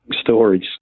stories